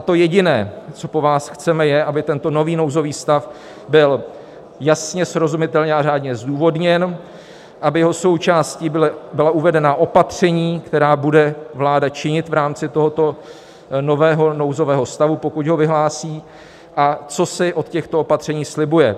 To jediné, co po vás chceme, je, aby tento nový nouzový stav byl jasně, srozumitelně a řádně zdůvodněn, aby jeho součástí byla uvedena opatření, která bude vláda činit v rámci tohoto nového nouzového stavu, pokud ho vyhlásí, a co si od těchto opatření slibuje.